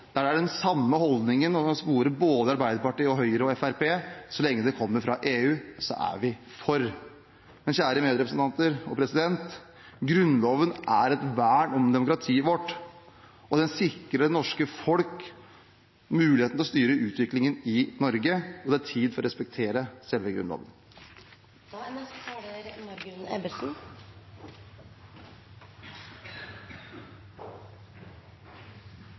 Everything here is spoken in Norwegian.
Der er det den samme holdningen man kan spore i både Arbeiderpartiet, Høyre og Fremskrittspartiet: Så lenge det kommer fra EU, er vi for. Men kjære medrepresentanter og president, Grunnloven er et vern om demokratiet vårt, og den sikrer det norske folk muligheten til å styre utviklingen i Norge, og det er tid for å respektere selve